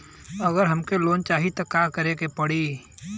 अगर हमके लोन चाही त मिली की ना?